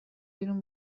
بیرون